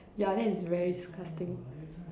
yeah that is very disgusting